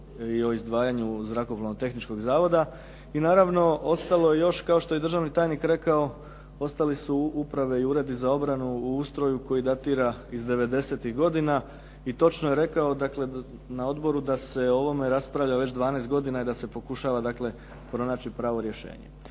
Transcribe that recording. i o izdvajanju Zrakoplovno-tehničkog zavoda. I naravno ostalo je još, kao što je i državni tajnik rekao, ostali su uprave i uredi za obranu u ustroju koji datira iz '90.-tih godina i točno je rekao dakle na odboru da se o ovome raspravlja već 12 godina i da se pokušava dakle pronaći pravo rješenje.